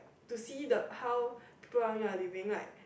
to see that how people around you are living like